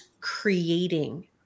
creating